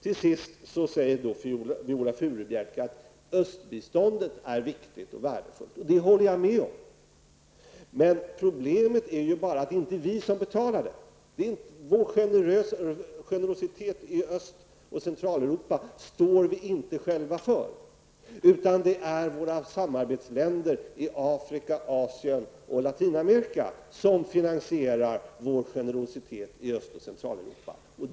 Slutligen säger Viola Furubjelke att biståndet till öst är viktigt och värdefullt. Det håller jag med om. Men problemet är att det inte är vi som betalar det. Vi står inte själva för generositeten gentemot Östoch Centraleuorpa. Det är våra samarbetsländer i Afrika, Asien och Latinamerika som finansierar vår generositet i Öst och Centraleuropa.